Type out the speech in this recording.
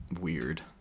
Weird